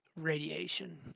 radiation